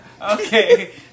Okay